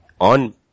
on